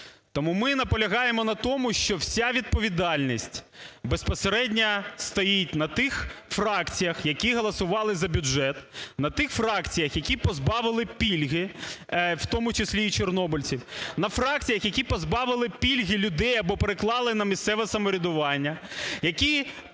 Тому ми наполягаємо на тому, що в я відповідальність безпосередньо стоїть на тих фракціях, які голосували за бюджет. На тих фракціях, які позбавили пільги, в тому числі і чорнобильців. На фракціях, які позбавили пільги людей, або переклали на місцеве самоврядування, які